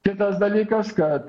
kitas dalykas kad